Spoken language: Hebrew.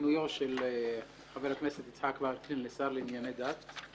מינויו של חבר הכנסת יצחק וקנין לשר לענייני דת.